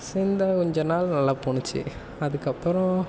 சேர்ந்த கொஞ்ச நாள் நல்லா போணுச்சு அதுக்கப்புறம்